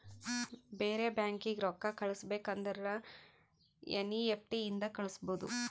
ಬೇರೆ ಬ್ಯಾಂಕೀಗಿ ರೊಕ್ಕಾ ಕಳಸ್ಬೇಕ್ ಅಂದುರ್ ಎನ್ ಈ ಎಫ್ ಟಿ ಇಂದ ಕಳುಸ್ಬೋದು